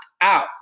out